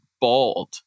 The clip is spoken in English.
bald